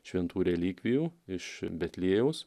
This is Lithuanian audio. šventų relikvijų iš betliejaus